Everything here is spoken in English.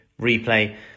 replay